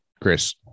Chris